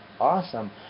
Awesome